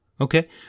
Okay